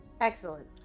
Excellent